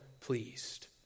pleased